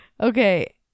Okay